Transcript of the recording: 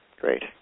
Great